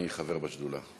אני חבר בשדולה.